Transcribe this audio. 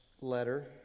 letter